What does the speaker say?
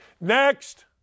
Next